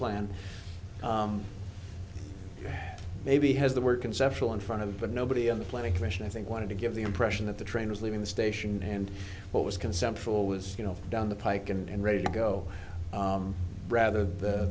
plan maybe has the word conceptual in front of but nobody in the planning commission i think wanted to give the impression that the train was leaving the station and what was conceptual was you know down the pike and ready to go rather than the